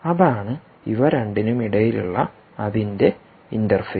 അതാണ് ഇവ രണ്ടിനുമിടയിലുള്ള അതിന്റെ ഇന്റർഫേസ്